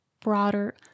broader